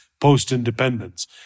post-independence